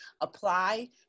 apply